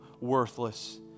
worthless